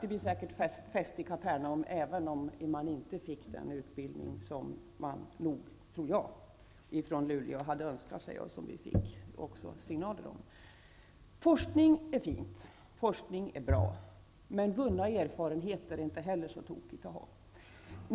Det blir säkert fest i Kapernaum, även om man inte fick den utbildning i Luleå som man hade önskat och som det också signalerades om. Forskning är fint och bra, men vunna erfarenheter är inte heller så tokigt att besitta.